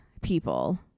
people